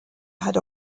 had